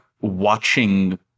watching